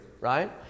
right